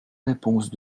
réponse